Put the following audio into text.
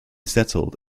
settled